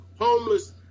homeless